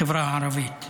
בחברה הערבית,